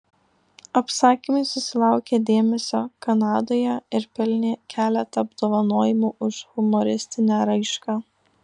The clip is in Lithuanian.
apsakymai susilaukė dėmesio kanadoje ir pelnė keletą apdovanojimų už humoristinę raišką